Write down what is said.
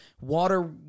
water